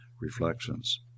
reflections